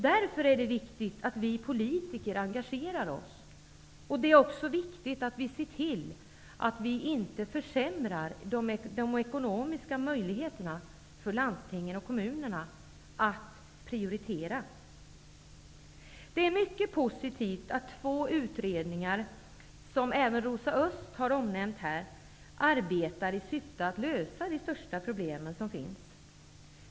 Därför är det viktigt att vi politiker engagerar oss och ser till att vi inte försämrar landstingens och kommunernas ekonomiska möjligheter att prioritera. Det är mycket positivt att två utredningar, som även Rosa Östh nämnde, arbetar i syfte att lösa de största problemen.